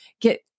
get